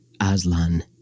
Aslan